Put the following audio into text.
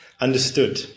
understood